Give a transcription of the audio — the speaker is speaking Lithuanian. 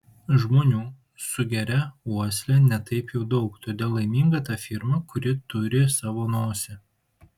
žmonių sugeria uosle ne taip jau daug todėl laiminga ta firma kuri turi savo nosį